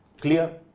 Clear